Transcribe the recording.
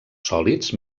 sòlids